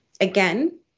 again